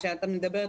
סוגיה זו נשארה.